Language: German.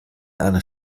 einer